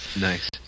nice